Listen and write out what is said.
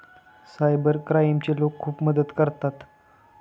cyber क्राईमचे लोक खूप मदत करतात